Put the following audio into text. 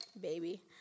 baby